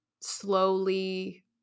slowly